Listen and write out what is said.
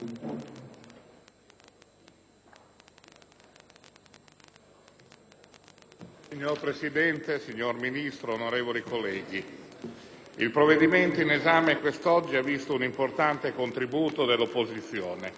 Signor Presidente, signor Ministro, onorevoli colleghi, il provvedimento in esame quest'oggi ha visto un importante contributo dell'opposizione